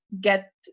get